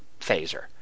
Phaser